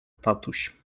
tatuś